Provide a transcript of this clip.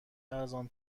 ارزان